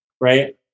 right